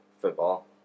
football